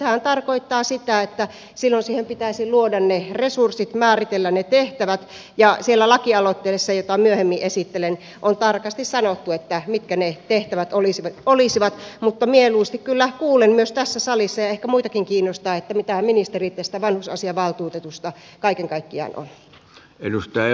sehän tarkoittaa sitä että silloin siihen pitäisi luoda ne resurssit määritellä ne tehtävät ja siellä lakialoitteessa jota myöhemmin esittelen on tarkasti sanottu mitkä ne tehtävät olisivat mutta mieluusti kyllä kuulen myös tässä salissa ja ehkä muitakin kiinnostaa mitä mieltä ministeri tästä vanhusasiavaltuutetusta kaiken kaikkiaan on